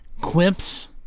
quips